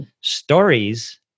stories